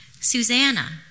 Susanna